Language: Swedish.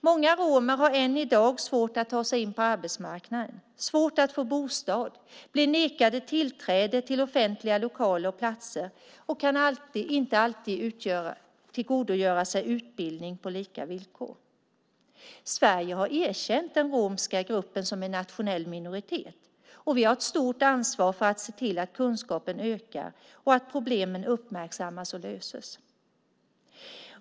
Många romer har än i dag svårt att ta sig in på arbetsmarknaden, svårt att få bostad, blir nekade tillträde till offentliga lokaler och platser och kan inte alltid tillgodogöra sig utbildning på lika villkor. Sverige har erkänt den romska gruppen som nationell minoritet. Vi har ett stort ansvar för att se till att kunskapen ökar och att problemen uppmärksammas och löses.